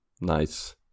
Nice